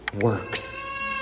works